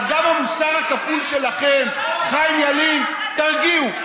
אז גם המוסר הכפול שלכם, חיים ילין, תרגיעו.